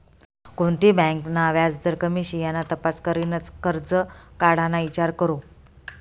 कोणती बँक ना व्याजदर कमी शे याना तपास करीनच करजं काढाना ईचार करो